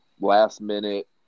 last-minute